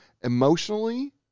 Emotionally